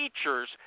features